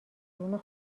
بوم